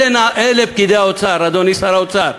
אלה פקידי האוצר, אדוני שר האוצר.